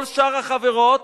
כל שאר החברות,